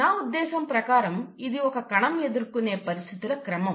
నా ఉద్దేశం ప్రకారం ఇది ఒక కణం ఎదుర్కొనే పరిస్థితుల క్రమం